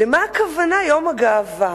למה הכוונה ב"יום הגאווה".